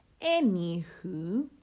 anywho